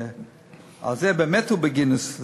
על זה באמת הוא בגינס,